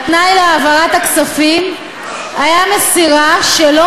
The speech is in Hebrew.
התנאי להעברת הכספים היה מסירה של לא